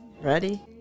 Ready